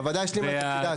הוועדה השלימה את תפקידה.